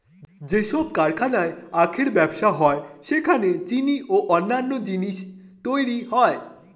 যেসব কারখানায় আখের ব্যবসা হয় সেখানে চিনি ও অন্যান্য জিনিস তৈরি হয়